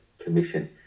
Commission